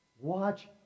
Watch